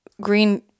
green